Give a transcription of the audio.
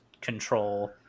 control